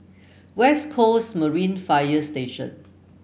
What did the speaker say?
West Coast Marine Fire Station